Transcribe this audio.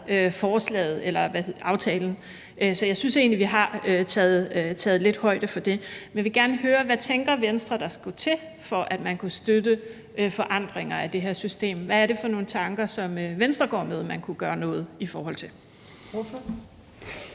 tiltræde aftalen, så jeg synes egentlig, vi har taget lidt højde for det. Men jeg vil gerne høre, hvad Venstre tænker der skulle til, for at man kunne støtte forandringer af det her system. Hvad er det for nogle tanker, som Venstre går med, og som man kunne gøre noget med?